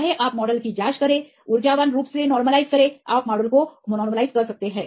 चाहे आप मॉडल की जांच करें ऊर्जावान रूप से अनुकूल है आप मॉडल को अनुकूलित कर सकते हैं